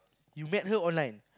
you met girl online